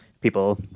people